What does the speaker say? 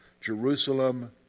Jerusalem